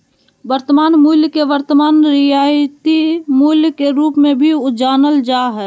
वर्तमान मूल्य के वर्तमान रियायती मूल्य के रूप मे भी जानल जा हय